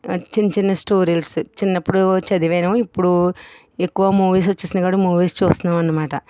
చిన్న చిన్న స్టోరీస్ చిన్నప్పుడు చదివాను ఇప్పుడు మూవీస్ వచ్చినాయి కాబట్టి ఎక్కువ మూవీస్ చూస్తున్నాం అన్నమాట